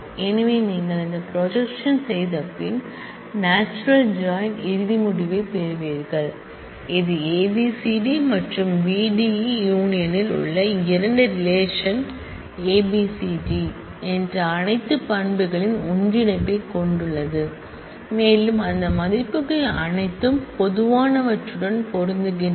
எனவே நீங்கள் இந்த ப்ரொஜெக்க்ஷன் செய்தபின் நாச்சுரல் ஜாயின் இறுதி முடிவைப் பெறுவீர்கள் இது ஏபிசிடி மற்றும் பிடிஇ யூனியன்ல் உள்ள இரண்டு ரிலேஷன் ஏபிசிடிஇ என்ற அனைத்து பண்புகளின் ஒன்றிணைப்பைக் கொண்டுள்ளது மேலும் அந்த மதிப்புகள் அனைத்தும் பொதுவானவற்றுடன் பொருந்துகின்றன